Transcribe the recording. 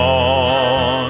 on